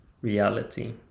reality